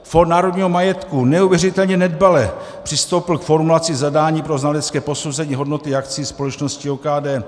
Fond národního majetku neuvěřitelně nedbale přistoupil k formulaci zadání pro znalecké posouzení hodnoty akcií společnosti OKD.